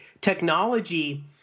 technology